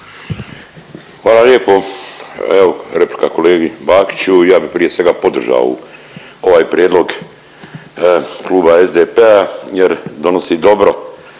Hvala lijepo. Evo replika kolegi Bakiću. Ja bi prije svega podržao ovu, ovaj prijedlog kluba SDP-a jer donosi dobro